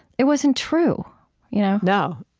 it wasn't true you know no.